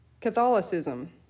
Catholicism